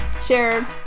Share